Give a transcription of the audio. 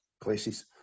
places